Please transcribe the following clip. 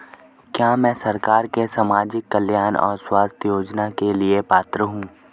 क्या मैं सरकार के सामाजिक कल्याण और स्वास्थ्य योजना के लिए पात्र हूं?